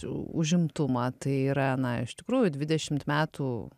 užimtumą tai yra na iš tikrųjų dvidešimt metų